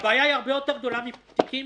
הבעיה הרבה יותר גדולה מתיקים